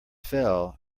fell